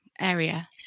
area